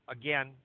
again